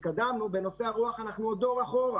בנושא הרוח אנחנו עוד דור אחורה.